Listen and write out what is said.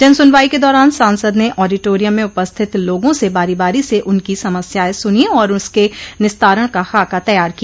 जन सुनवाई के दौरान सांसद ने ऑडिटोरियम में उपस्थित लोगों से बारी बारी से उनकी समस्याएं सुनी और उसके निस्तारण का खाका तैयार किया